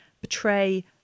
Betray